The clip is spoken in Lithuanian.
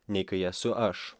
nei kai esu aš